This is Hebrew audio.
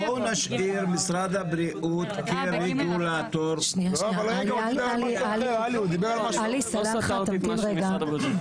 בואו נשאיר את משרד הבריאות כרגולטור --- עלי סלאלחה תמתין רגע.